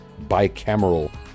bicameral